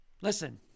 listen